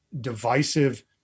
divisive